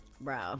Bro